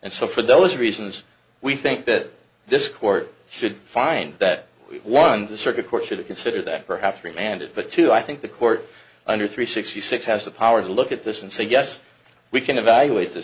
and so for those reasons we think that this court should find that one the circuit court should consider that perhaps remanded but two i think the court under three sixty six has the power to look at this and say yes we can evaluate th